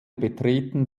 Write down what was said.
betreten